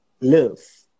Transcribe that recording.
love